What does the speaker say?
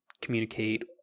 communicate